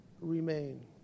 remain